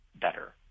better